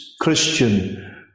Christian